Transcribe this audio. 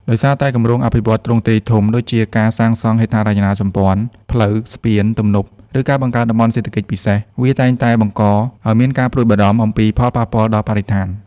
ដោយសារតែគម្រោងអភិវឌ្ឍន៍ទ្រង់ទ្រាយធំ ដូចជាការសាងសង់ហេដ្ឋារចនាសម្ព័ន្ធ ផ្លូវ ស្ពាន ទំនប់ ឬការបង្កើតតំបន់សេដ្ឋកិច្ចពិសេស វាតែងតែបង្កឱ្យមានការព្រួយបារម្ភអំពីផលប៉ះពាល់ដល់បរិស្ថាន។